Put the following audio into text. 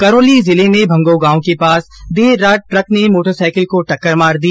करौली जिले के भंगो गांव के पास देर रात ट्रक ने मोटरसाइकिल को टक्कर मार दी